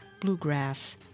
bluegrass